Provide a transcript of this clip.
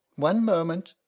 one moment.